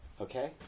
Okay